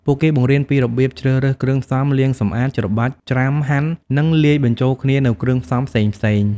ពួកគេបង្រៀនពីរបៀបជ្រើសរើសគ្រឿងផ្សំ លាង សម្អាត ច្របាច់ ច្រាំ ហាន់ និងលាយបញ្ចូលគ្នានូវគ្រឿងផ្សំផ្សេងៗ។